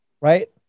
right